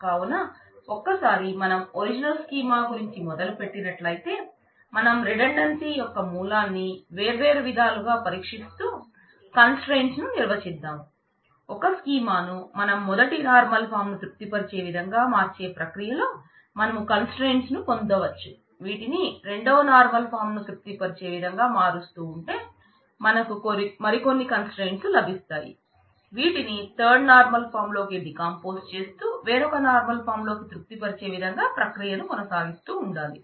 కావున functional dependency లోకి decompose చేస్తూ వేరొక నార్మల్ ఫాం లోకి తృప్తి పరిచేవిధంగా ప్రక్రియను కొనసాగిస్తూ ఉండాలి